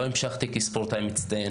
לא המשכתי כספורטאי מצטיין.